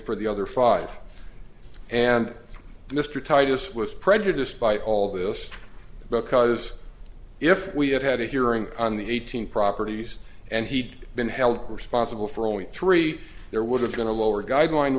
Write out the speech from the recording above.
for the other five and mr titus was prejudiced by all this because if we had had a hearing on the eighteen properties and he'd been held responsible for only three there would have been a lower guideline